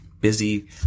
busy